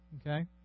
Okay